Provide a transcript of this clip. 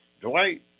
Dwight